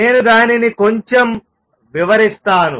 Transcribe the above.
నేను దానిని కొంచెం వివరిస్తాను